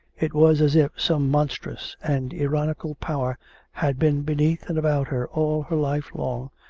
it was as if some monstrous and ironical power had been beneath and about her all her life long,